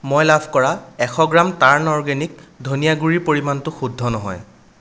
মই লাভ কৰা এশ গ্ৰাম টাৰ্ণ অৰ্গেনিক ধনীয়া গুড়িৰ পৰিমাণটো শুদ্ধ নহয়